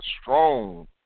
strong